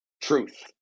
truth